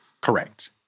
correct